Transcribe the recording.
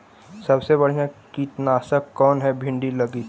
सबसे बढ़िया कित्नासक कौन है भिन्डी लगी?